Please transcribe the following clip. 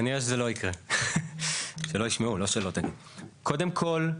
קודם כל,